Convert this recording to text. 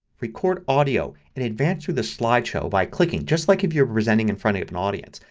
record audio and advance through the slideshow by clicking just like if you were presenting in front of an audience.